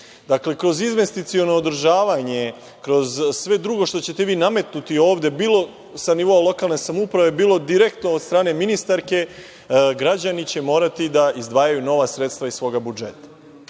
Dakle, kroz investiciono održavanje, kroz sve drugo što ćete vi nametnuti ovde, bilo sa nivoa lokalne samouprave, bilo direktno od strane ministarke, građani će morati da izdvajaju nova sredstva iz svoga budžeta. Gde